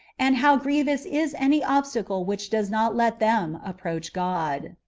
and how grievous is any obstacle which does not let them approach god.